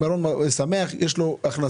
המלון שמח, יש לו הכנסה.